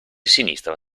sinistra